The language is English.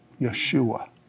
Yeshua